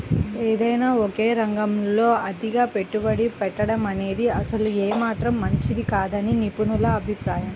ఏదైనా ఒకే రంగంలో అతిగా పెట్టుబడి పెట్టడమనేది అసలు ఏమాత్రం మంచిది కాదని నిపుణుల అభిప్రాయం